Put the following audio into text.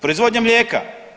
Proizvodnja mlijeka.